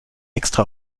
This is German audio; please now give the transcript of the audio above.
extra